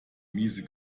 miese